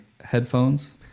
headphones